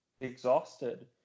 exhausted